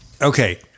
Okay